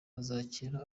bazakira